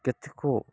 କେତେକୁ